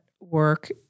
work